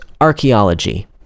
archaeology